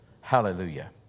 Hallelujah